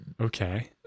Okay